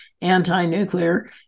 anti-nuclear